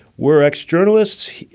we're ex journalists.